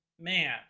Man